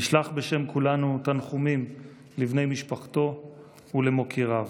נשלח בשם כולנו תנחומים לבני משפחתו ולמוקיריו.